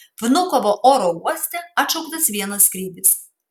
vnukovo oro uoste atšauktas vienas skrydis